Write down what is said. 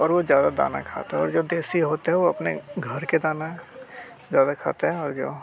और वो ज़्यादा दाना खाता है और जो देसी होते हैं वो अपने घर का दाना ज़्यादा खाते हैं और गेहूं